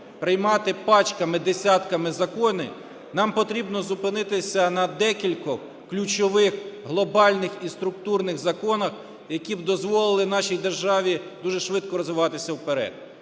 приймати пачками, десятками закони, нам потрібно зупинитися на декількох ключових глобальних і структурних законах, які б дозволили нашій державі дуже швидко розвиватися вперед.